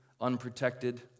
unprotected